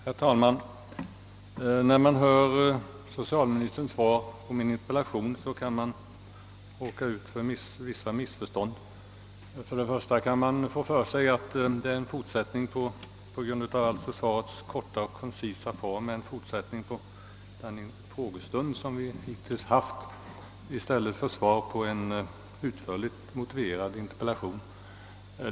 Herr talman! När man tar del av socialministerns svar på min interpella tion, kan man råka ut för vissa missförstånd. För det första kan man få för sig att svaret — på grund av dess alltför korta och koncisa form — är en fortsättning på den frågestund som vi hittills haft i stället för ett svar på en utförlig motiverad interpellation.